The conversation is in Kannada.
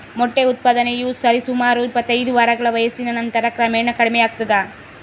ಮೊಟ್ಟೆ ಉತ್ಪಾದನೆಯು ಸರಿಸುಮಾರು ಇಪ್ಪತ್ತೈದು ವಾರಗಳ ವಯಸ್ಸಿನ ನಂತರ ಕ್ರಮೇಣ ಕಡಿಮೆಯಾಗ್ತದ